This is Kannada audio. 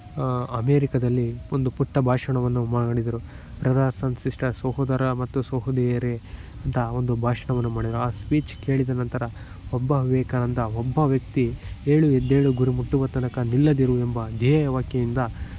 ಅಮೇರಿಕಾದಲ್ಲಿ ಒಂದು ಪುಟ್ಟ ಭಾಷಣವನ್ನು ಮಾಡಿದರು ಬ್ರದರ್ಸ್ ಅಂಡ್ ಸಿಸ್ಟರ್ಸ್ ಸಹೋದರ ಮತ್ತು ಸಹೋದಿಯರೇ ಇಂತಹ ಒಂದು ಭಾಷಣವನ್ನು ಮಾಡಿದರು ಆ ಸ್ಪೀಚ್ ಕೇಳಿದ ನಂತರ ಒಬ್ಬ ವಿವೇಕಾನಂದ ಒಬ್ಬ ವ್ಯಕ್ತಿ ಏಳು ಎದ್ದೇಳು ಗುರಿ ಮುಟ್ಟುವ ತನಕ ನಿಲ್ಲದಿರು ಎಂಬ ಧ್ಯೇಯ ವ್ಯಾಖ್ಯೆಯಿಂದ